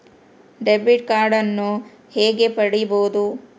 Debit ಕಾರ್ಡನ್ನು ಹೇಗೆ ಪಡಿಬೋದು?